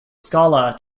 skala